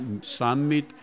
summit